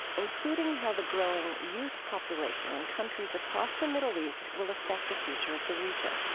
including how the growing youth population in countries across the middle east will affect the future of the region.